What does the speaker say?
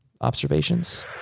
Observations